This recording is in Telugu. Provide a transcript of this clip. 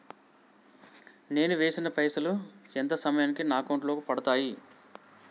నేను వేసిన పైసలు ఎంత సమయానికి నా అకౌంట్ లో పడతాయి?